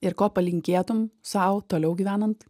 ir ko palinkėtum sau toliau gyvenant